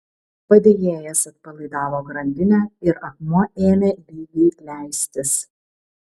padėjėjas atpalaidavo grandinę ir akmuo ėmė lygiai leistis